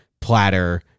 platter